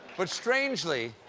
but strangely,